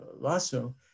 Lasso